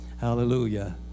Hallelujah